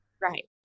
right